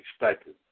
expected